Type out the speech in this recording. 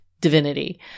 divinity